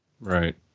Right